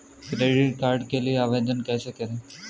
Credit card के लिए आवेदन कैसे करें?